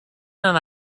than